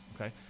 Okay